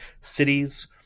cities